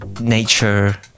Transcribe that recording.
nature